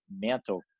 mental